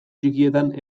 txikietan